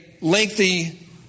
lengthy